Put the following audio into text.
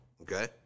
okay